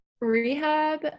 rehab